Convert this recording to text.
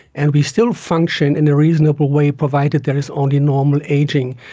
and we still function in a reasonable way, provided there is only normal ageing.